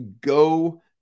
go